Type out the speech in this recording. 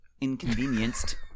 inconvenienced